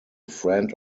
friend